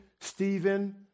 Stephen